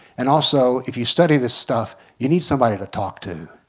and also if you study this stuff, you need somebody to talk to.